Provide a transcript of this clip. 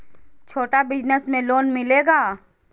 छोटा बिजनस में लोन मिलेगा?